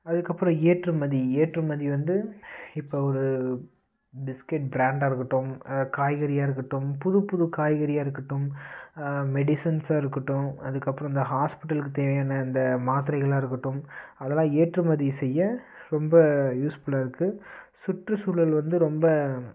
அதுக்கப்புறம் ஏற்றுமதி ஏற்றுமதி வந்து இப்போ ஒரு பிஸ்கெட் பிராண்டாக இருக்கட்டும் காய்கறியாக இருக்கட்டும் புது புது காய்கறியாக இருக்கட்டும் மெடிசன்ஸாக இருக்கட்டும் அதுக்கப்புறம் இந்த ஹாஸ்பிட்டலுக்கு தேவையான இந்த மாத்திரைகளாக இருக்கட்டும் அதெல்லாம் ஏற்றுமதி செய்ய ரொம்ப யூஸ்ஃபுல்லாக இருக்குது சுற்றுச்சூழல் வந்து ரொம்ப